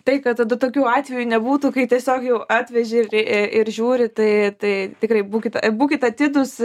taip tai tada tokių atvejų nebūtų kai tiesiog jau atveži ir žiūri tai tai tikrai būkit būkit atidūs